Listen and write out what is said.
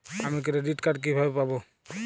আমি credit card কিভাবে পাবো?